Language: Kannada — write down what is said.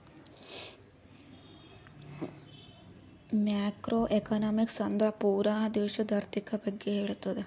ಮ್ಯಾಕ್ರೋ ಎಕನಾಮಿಕ್ಸ್ ಅಂದುರ್ ಪೂರಾ ದೇಶದು ಆರ್ಥಿಕ್ ಬಗ್ಗೆ ಹೇಳ್ತುದ